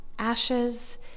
Ashes